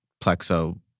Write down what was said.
Plexo